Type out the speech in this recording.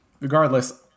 regardless